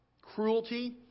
cruelty